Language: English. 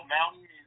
Mountain